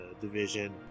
division